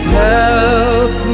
help